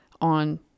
on